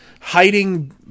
hiding